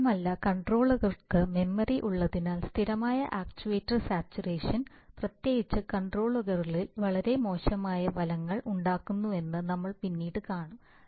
മാത്രമല്ല കൺട്രോളറുകൾക്ക് മെമ്മറി ഉള്ളതിനാൽ സ്ഥിരമായ ആക്ച്യുവേറ്റർ സാച്ചുറേഷൻ പ്രത്യേകിച്ച് കൺട്രോളറുകളിൽ വളരെ മോശമായ ഫലങ്ങൾ ഉണ്ടാക്കുന്നുവെന്ന് നമ്മൾ പിന്നീട് കാണും